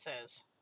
says